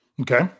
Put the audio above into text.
Okay